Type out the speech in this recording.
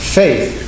faith